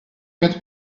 quatre